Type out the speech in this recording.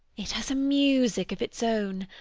it has a music of its own.